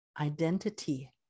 identity